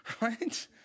Right